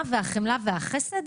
העמק?